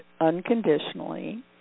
unconditionally